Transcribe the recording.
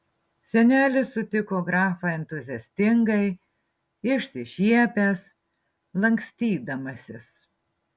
senelis sutiko grafą entuziastingai išsišiepęs lankstydamasis